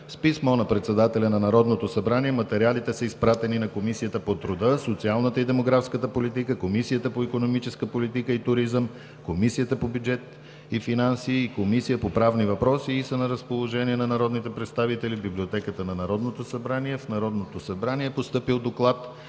С писмо на председателя на Народното събрание материалите са изпратени на Комисията по труда, социалната и демографската политика, Комисията по икономическа политика и туризъм, Комисията по бюджет и финанси, Комисията по правни въпроси и са на разположение на народните представители в Библиотеката